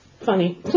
funny